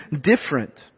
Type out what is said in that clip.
different